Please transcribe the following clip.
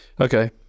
Okay